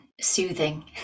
soothing